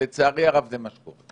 ולצערי הרב, זה מה שקורה.